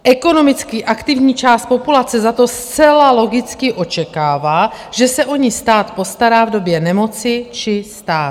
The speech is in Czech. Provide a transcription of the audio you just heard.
Ekonomicky aktivní část populace za to zcela logicky očekává, že se o ni stát postará v době nemoci či stáří.